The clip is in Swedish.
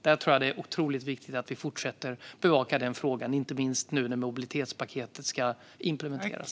Det är otroligt viktigt att vi fortsätter att bevaka frågan, inte minst när mobilitetspaketet ska implementeras.